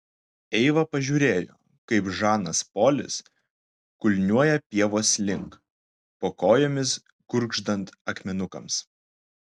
eiva pažiūrėjo kaip žanas polis kulniuoja pievos link po kojomis gurgždant akmenukams